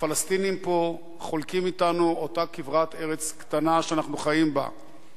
הפלסטינים פה חולקים אתנו אותה כברת ארץ קטנה שאנחנו חיים בה.